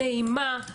נעימה,